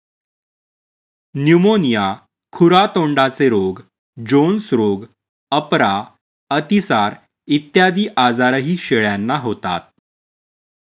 pneumonia, खुरा तोंडाचे रोग, जोन्स रोग, अपरा, अतिसार इत्यादी आजारही शेळ्यांना होतात